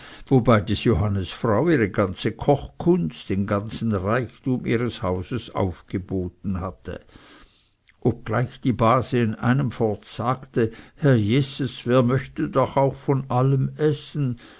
wobei des johannes frau ihre ganze kochkunst den ganzen reichtum ihres hauses aufgeboten hatte obgleich die base in einem fort sagte herr jeses wer möcht doch auch von allem essen